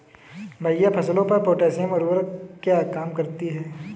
भैया फसलों पर पोटैशियम उर्वरक क्या काम करती है?